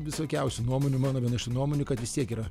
visokiausių nuomonių mano viena iš tų nuomonių kad vis tiek yra